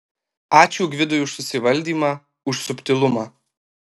ačiū gvidui už susivaldymą už subtilumą